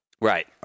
right